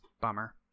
Bummer